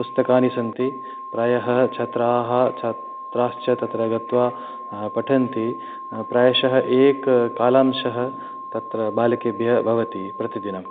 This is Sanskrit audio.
पुस्तकानि सन्ति प्रायः छात्राः छात्राश्च तत्र गत्वा पठन्ति प्रायशः एकः कालांशः तत्र बालकेभ्यः भवति प्रतिदिनम्